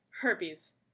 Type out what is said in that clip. Herpes